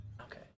Okay